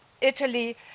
Italy